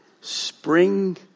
Spring